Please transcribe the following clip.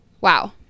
Wow